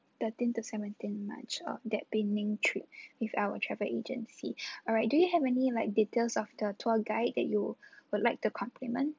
thirteen to seventeen march of that penang trip with our travel agency alright do you have any like details of the tour guide that you would like to compliment